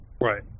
Right